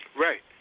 Right